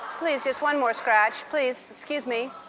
please, just one more scratch, please. excuse me.